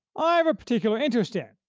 i have a particular interest in,